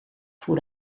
voer